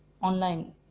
online